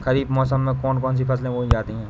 खरीफ मौसम में कौन कौन सी फसलें बोई जाती हैं?